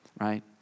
right